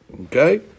Okay